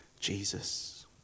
Jesus